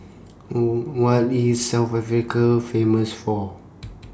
What IS South Africa Famous For